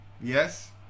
yes